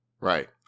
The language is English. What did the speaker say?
Right